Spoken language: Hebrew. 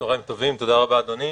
צוהריים טובים, תודה רבה, אדוני.